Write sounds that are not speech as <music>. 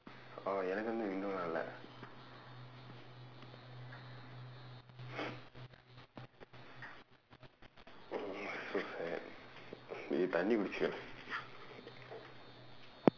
orh எனக்கு வந்து இன்னொரு நாளிலே:enakku vandthu innoru naalilee <breath> so sad தண்ணீ குடிச்சுக்கே:thannii kudichsukkee